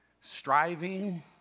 striving